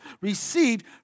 received